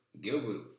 Gilbert